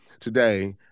Today